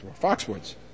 Foxwoods